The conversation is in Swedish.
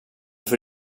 får